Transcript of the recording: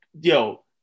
Yo